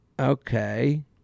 Okay